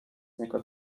niego